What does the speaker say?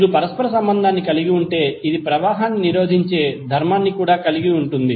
మీరు పరస్పర సంబంధం కలిగి ఉంటే ఇది ప్రవాహాన్ని నిరోధించే ధర్మాన్ని కూడా కలిగి ఉంటుంది